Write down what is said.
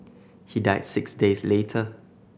he died six days later